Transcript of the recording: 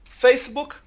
Facebook